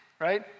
right